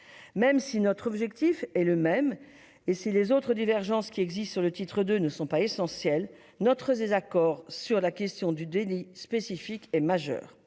Même si notre objectif est le même et si les autres divergences qui existent sur le titre II ne sont pas essentielles, notre désaccord sur la question du délit spécifique est majeur.